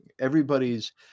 Everybody's